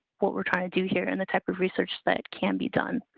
what we're trying to do. here and the type of research that can be done.